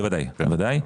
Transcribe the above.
בוודאי בוודאי,